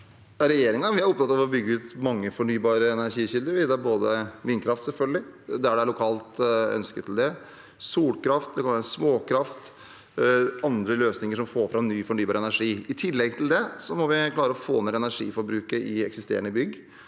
er opptatt av å bygge ut mange fornybare energikilder. Det er selvfølgelig vindkraft, der det er lokalt ønske om det. Det er solkraft, og det kan være småkraft og andre løsninger som får fram ny fornybar energi. I tillegg til det må vi klare å få ned energiforbruket i eksisterende